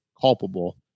culpable